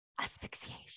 asphyxiation